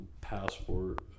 passport